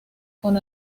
con